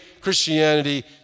Christianity